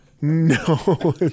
No